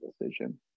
decision